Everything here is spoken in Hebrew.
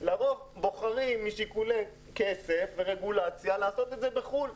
לרוב בוחרים משיקולי כסף ורגולציה לעשות את זה בחוץ לארץ,